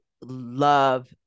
love